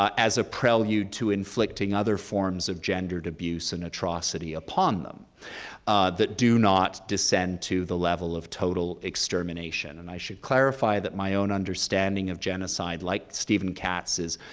as a prelude to inflicting other forms of gendered abuse and atrocity upon them that do not descend to the level of total extermination, extermination, and i should clarify that my own understanding of genocide, like steven katz's,